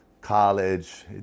college